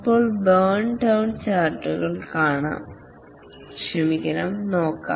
ഇപ്പോൾ burn down ചാർട്ടുകൾ നോക്കാം